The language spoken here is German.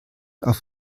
auf